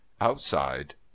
outside